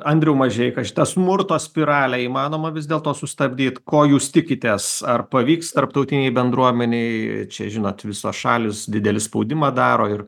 andriau mažeika šitą smurto spiralę įmanoma vis dėlto sustabdyt ko jūs tikitės ar pavyks tarptautinei bendruomenei čia žinot visos šalys didelį spaudimą daro ir